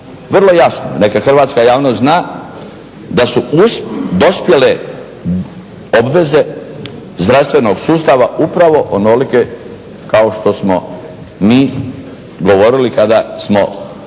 vrlo jasno neka hrvatska javnost zna da su dospjele obveze zdravstvenog sustava upravo onolike kao što smo mi govorili kada smo